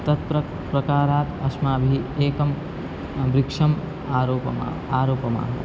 तत्प्रकारात् अश्माभिः एकं वृक्षम् आरोपणम् आरोपणं